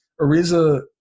Ariza